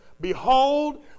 Behold